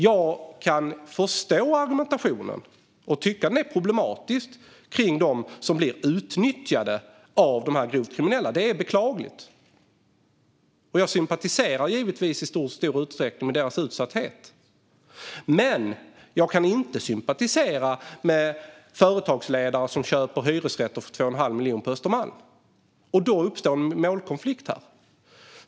Jag förstår argumentationen och kan tycka att det är problematiskt för dem som blir utnyttjade av grovt kriminella. Det är beklagligt, och jag sympatiserar givetvis i stor utsträckning med deras utsatthet. Men jag kan inte sympatisera med företagsledare som köper hyresrätter för 2 1⁄2 miljon på Östermalm. Här uppstår en målkonflikt.